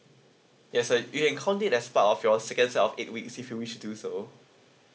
yes and you can count it as part of your second set of eight weeks if you wish to do so